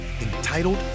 entitled